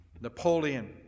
Napoleon